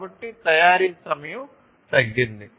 కాబట్టి తయారీ సమయం తగ్గింది